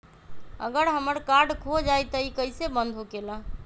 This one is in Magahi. अगर हमर कार्ड खो जाई त इ कईसे बंद होकेला?